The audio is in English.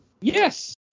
Yes